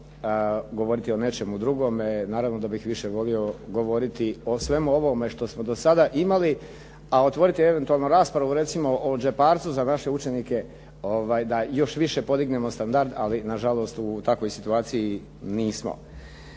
govoriti o nečemu drugome, naravno da bih više volio govoriti o svemu ovome što smo do sada imali a otvoriti eventualno raspravu o đeparcu za naše učenike, da još više podignemo standard, ali nažalost u takvoj situaciji nismo.